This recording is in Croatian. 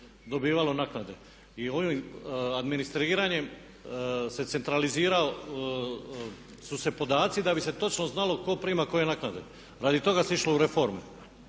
dobivalo naknade. I administriranjem se centralizirao su se podaci da bi se točno znalo tko prima koje naknade. Radi toga se išlo u reforme.